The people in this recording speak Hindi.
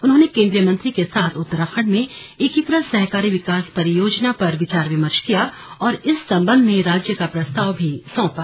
उन्होंने केन्द्रीय मंत्री के साथ उत्तराखंड में एकीकृत सहकारी विकास परियोजना पर विचार विमर्श किया और इस संबंध में राज्य का प्रस्ताव भी सौंपा